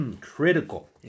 Critical